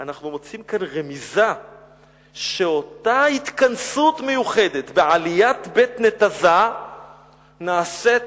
אנחנו מוצאים כאן רמיזה שאותה התכנסות מיוחדת בעליית בית-נתזה נעשית